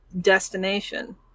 destination